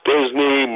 Disney